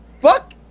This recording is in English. Fuck